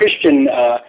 Christian